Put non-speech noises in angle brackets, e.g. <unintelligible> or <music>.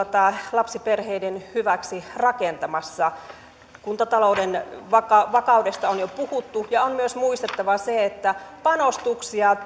lapsiperheiden hyväksi rakentamassa kuntatalouden vakaudesta on jo puhuttu ja on myös muistettava se että panostuksia <unintelligible>